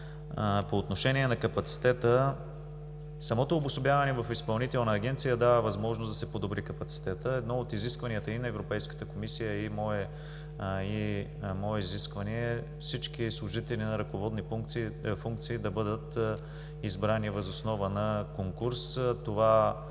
По отношение на капацитета. Самото обособяване в Изпълнителна агенция дава възможност да се подобри капацитетът. Едно от изискванията и на Европейската комисия, а и мое изискване е всички служители на ръководни функции да бъдат избрани въз основа на конкурс. Това ще